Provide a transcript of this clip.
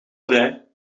vrij